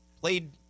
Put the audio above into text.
played